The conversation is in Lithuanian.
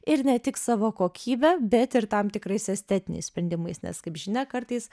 ir ne tik savo kokybe bet ir tam tikrais estetiniais sprendimais nes kaip žinia kartais